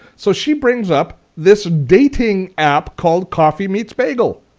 so she brings up this dating app called coffee meets bagel.